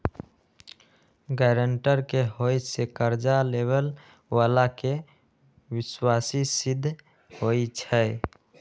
guarantor के होय से कर्जा लेबेय बला के विश्वासी सिद्ध होई छै